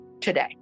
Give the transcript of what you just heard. today